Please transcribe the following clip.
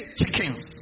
chickens